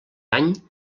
any